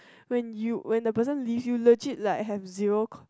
when you when the person leave you legit like have zero